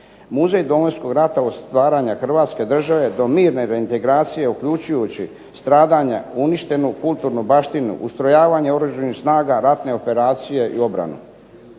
Muzej Domovinskog rata od stvaranja Hrvatske države do mirne reintegracije uključujući stradanja, uništenu kulturnu baštinu, ustrojavanje Oružanih snaga, ratne operacije i obranu.